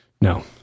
No